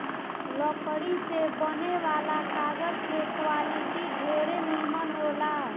लकड़ी से बने वाला कागज के क्वालिटी ढेरे निमन होला